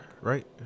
right